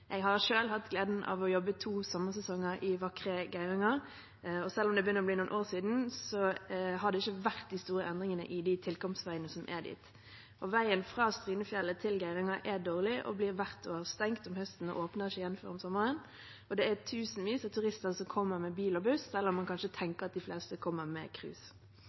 Jeg har selv hatt gleden av å jobbe to sommersesonger i vakre Geiranger, og selv om det begynner å bli noen år siden, har det ikke vært de store endringene på tilkomstveiene dit. Veien fra Strynefjellet til Geiranger er dårlig og blir hvert år stengt om høsten og åpner ikke igjen før om sommeren. Det er tusenvis av turister som kommer med bil og buss, selv om man kanskje tenker at de fleste kommer med